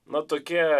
mat tokia